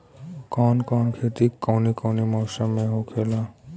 कवन कवन खेती कउने कउने मौसम में होखेला?